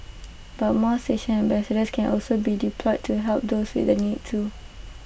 but more station ambassadors can also be deployed to help those with the need too